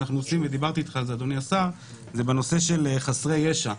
אני מדבר על הנושא של חסרי ישע.